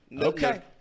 Okay